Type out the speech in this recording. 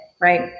right